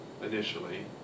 initially